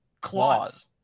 claws